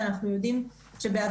שאנחנו יודעים שבעבר,